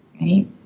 right